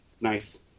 Nice